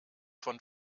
von